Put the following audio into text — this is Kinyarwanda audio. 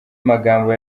magambo